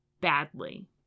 Badly